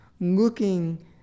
looking